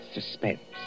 Suspense